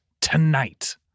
Tonight